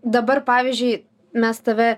dabar pavyzdžiui mes tave